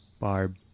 Barb